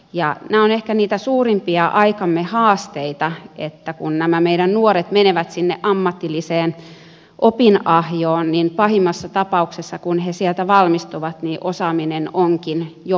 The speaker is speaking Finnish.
nämä ovat ehkä niitä suurimpia aikamme haasteita että kun nämä meidän nuoret menevät sinne ammatilliseen opinahjoon niin pahimmassa tapauksessa kun he sieltä valmistuvat osaaminen onkin jo vanhaa